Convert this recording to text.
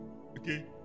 Okay